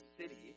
city